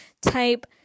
type